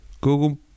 google